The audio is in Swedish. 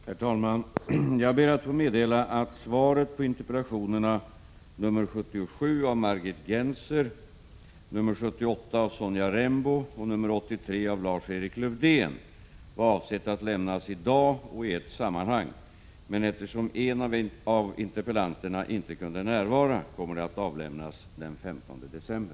Herr talman! Jag ber att få meddela att svaret på interpellationerna 77 av Margit Gennser, 78 av Sonja Rembo och 83 av Lars-Erik Lövdén var avsett att lämnas i dag och i ett sammanhang, men eftersom en av interpellanterna inte kunde närvara kommer svaret att avlämnas den 15 december.